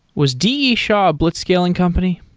was d e. shaw a blitzscaling company?